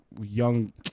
young